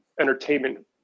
entertainment